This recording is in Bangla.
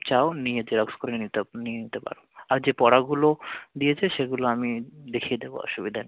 চাও নিয়ে জেরক্স করে নিতে নিয়ে নিতে পারো আর যে পড়াগুলো দিয়েছে সেগুলো আমি দেখিয়ে দেবো অসুবিধা নেই